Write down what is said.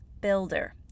builder